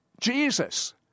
Jesus